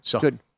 Good